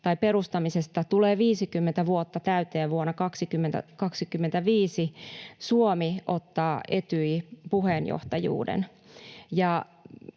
perustamisesta tulee 50 vuotta täyteen vuonna 2025, Suomi ottaa Etyj-puheenjohtajuuden.